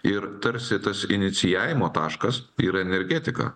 ir tarsi tas inicijavimo taškas yra energetika